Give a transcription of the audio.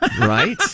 Right